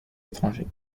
l’étranger